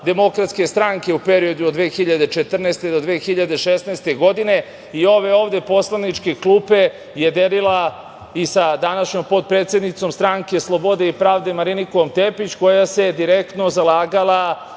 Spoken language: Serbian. i poslanica DS u periodu od 2014. do 2016. godine i ove ovde poslaničke klupe je delila i sa današnjom potpredsednicom Stranke slobode i pravde Marinikom Tepić, koja se direktno zalagala